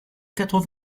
quatre